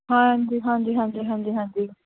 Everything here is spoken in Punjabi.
ਹਾਂਜੀ ਹਾਂਜੀ ਹਾਂਜੀ ਹਾਂਜੀ ਹਾਂਜੀ